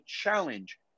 challenge